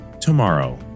tomorrow